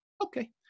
Okay